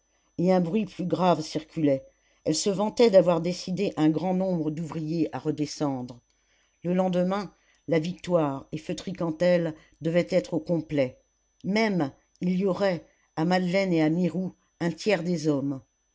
et un bruit plus grave circulait elle se vantait d'avoir décidé un grand nombre d'ouvriers à redescendre le lendemain la victoire et feutry cantel devaient être au complet même il y aurait à madeleine et à mirou un tiers des hommes